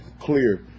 clear